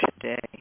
today